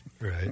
right